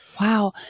wow